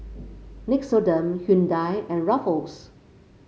Nixoderm Hyundai and Ruffles